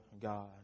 God